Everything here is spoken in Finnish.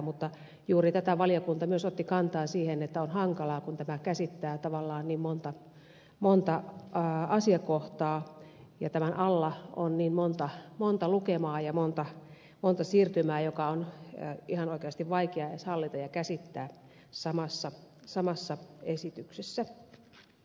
mutta juuri tähän valiokunta myös otti kantaa että on hankalaa kun tämä käsittää tavallaan niin monta asiakohtaa ja tämän alla on niin monta lukemaa ja monta siirtymää jotka on ihan oikeasti vaikea edes hallita ja käsittää samassa esityksessä